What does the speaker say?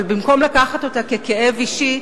אבל במקום לקחת אותה ככאב אישי,